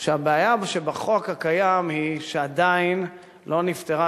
שהבעיה שבחוק הקיים היא שעדיין לא נפתרו